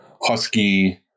Husky